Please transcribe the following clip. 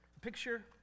picture